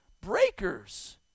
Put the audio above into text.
breakers